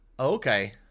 Okay